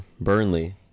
Burnley